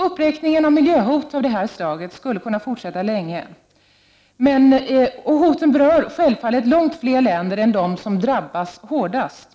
Uppräkningen av miljöhot av detta slag skulle kunna fortsätta länge än. Hoten berör självfallet också långt fler länder än de som drabbas hårdast.